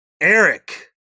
Eric